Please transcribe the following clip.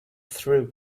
through